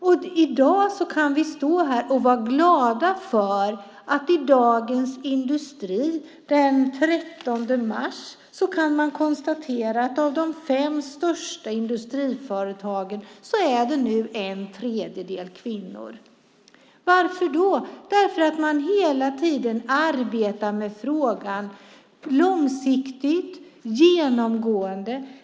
I dag kan vi vara glada för det som står i Dagens Industri den 13 mars. Man konstaterar att i de fem största industriföretagen är det en tredjedel kvinnor i ledningen. Varför då? Därför att man hela tiden arbetar med frågan långsiktigt, genomgående.